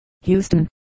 Houston